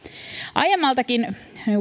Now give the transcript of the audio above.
aiemmaltakin